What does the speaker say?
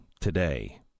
today